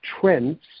trends